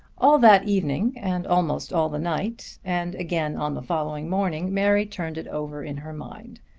all that evening, and almost all the night, and again on the following morning mary turned it over in her mind.